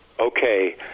okay